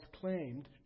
claimed